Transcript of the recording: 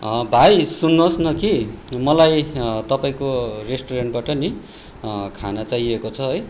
भाइ सुन्नुहोस् न कि मलाई तपाईँको रेस्टुरेन्टबाट नि खाना चाहिएको छ है